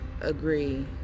agree